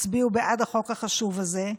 שתצביעו בעד החוק החשוב הזה.